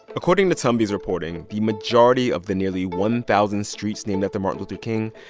according to tanvi's reporting, the majority of the nearly one thousand streets named after martin luther king,